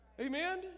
Amen